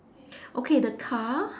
okay the car